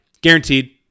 Guaranteed